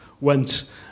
went